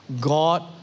god